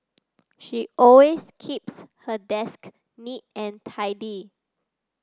she always keeps her desk neat and tidy